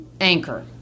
Anchor